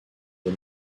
des